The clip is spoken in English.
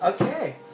okay